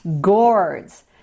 Gourds